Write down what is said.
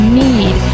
need